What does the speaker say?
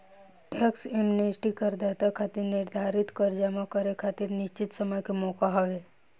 tax amnesty करदाता खातिर निर्धारित कर जमा करे खातिर निश्चित समय के मौका हवे